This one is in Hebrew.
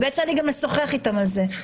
ויצא גם לשוחח איתם על זה,